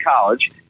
college